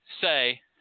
say